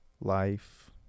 life